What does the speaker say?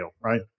right